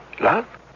Love